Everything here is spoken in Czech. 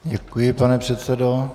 Děkuji, pane předsedo.